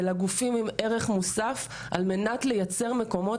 אלא גופים עם ערך מוסף על מנת לייצר מקומות